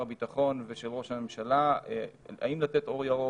הביטחון ושל שראש הממשלה אם לתת אור ירוק,